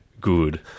good